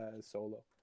Solo